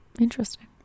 Interesting